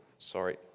Sorry